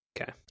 Okay